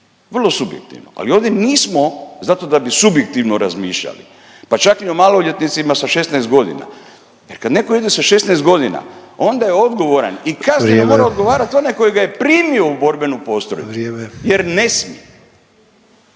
vrlo subjektivno. Ali ovdje nismo zato da bi subjektivno razmišljali pa čak ni o maloljetnicima sa 16 godina. Jer kada netko ide sa 16 godina onda je odgovoran i kazneno mora odgovarati onaj tko ga je primio u borbenu postrojbu … /Upadica